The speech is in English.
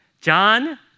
John